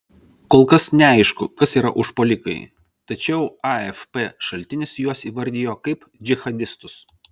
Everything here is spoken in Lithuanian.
kol kas neaišku kas yra užpuolikai tačiau afp šaltinis juos įvardijo kaip džihadistus